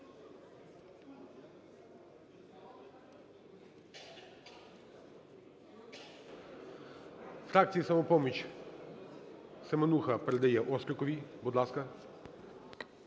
Від фракції "Самопоміч" Семенуха передає Остріковій. Будь ласка.